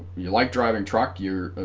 you like driving truck you're